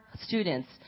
students